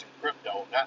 crypto